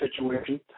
situation